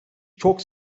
çok